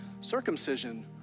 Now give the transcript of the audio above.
Circumcision